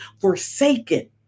forsaken